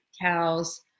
cows